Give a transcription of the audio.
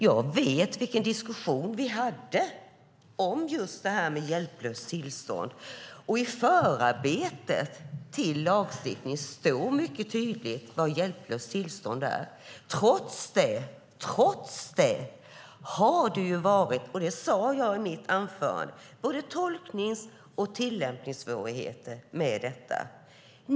Jag vet vilken diskussion vi hade om just hjälplöst tillstånd. I förarbetet till lagstiftningen står mycket tydligt vad hjälplöst tillstånd är. Trots det har det varit - och det sade jag i mitt anförande - både tolknings och tillämpningssvårigheter med detta.